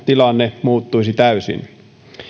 tilanne muuttuisi täysin